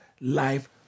life